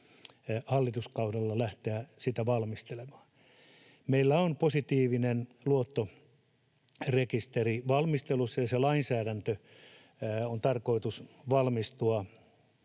hallituskaudella. Meillä on positiivinen luottorekisteri valmistelussa, ja sen lainsäädännön on tarkoitus valmistua